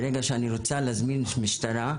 ברגע שאני רוצה להזמין משטרה,